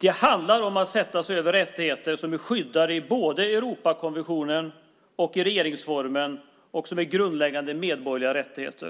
Det handlar om att sätta sig över rättigheter som är skyddade både i Europakonventionen och i regeringsformen och som är grundläggande medborgerliga rättigheter.